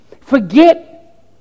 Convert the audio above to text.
Forget